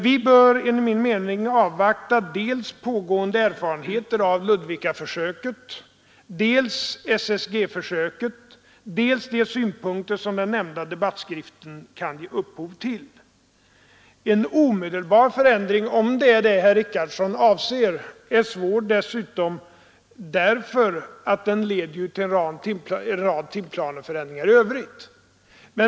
Vi bör enligt min mening avvakta dels erfarenheter av det pågående Ludvikaförsöket, dels SSG-försöket, dels de synpunkter som den nämnda debattskriften kan ge upphov till. En omedelbar förändring — om det är det herr Richardson avser — är dessutom svår att genomföra därför att den leder till en rad timplaneförändringar i övrigt.